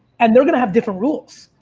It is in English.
and they're going to have different rules.